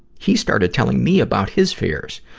he started telling me about his fears,